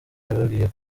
yababwiye